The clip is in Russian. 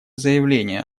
заявление